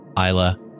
Isla